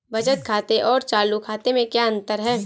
बचत खाते और चालू खाते में क्या अंतर है?